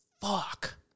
fuck